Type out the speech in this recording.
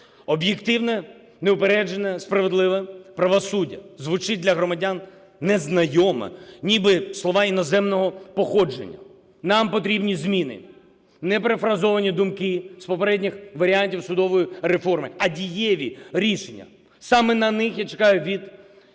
Об'єктивне, неупереджене, справедливе правосуддя звучить для громадян незнайомо, ніби слова іноземного походження. Нам потрібні зміни, не перефразовані думки з попередніх варіантів судової реформи, а дієві рішення. Саме на них я чекаю від